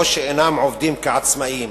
או שאינם עובדים כעצמאים,